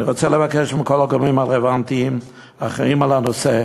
אני רוצה לבקש מכל הגורמים הרלוונטיים האחראים על הנושא,